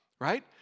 right